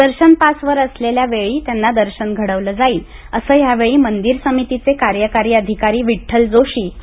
दर्शन पासवर असलेल्या वेळी त्यांना दर्शन घडवलं जाईल असं यावेळी मंदिर समितीचे कार्यकारी अधिकारी विठ्ठल जोशी यांनी सांगितलं